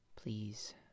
Please